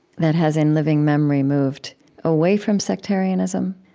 that has, in living memory, moved away from sectarianism,